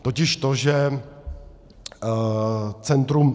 Totiž to, že centrum...